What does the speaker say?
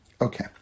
Okay